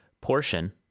portion